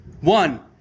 One